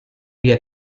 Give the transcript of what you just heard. dia